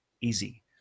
easy